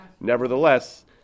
Nevertheless